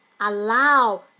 allow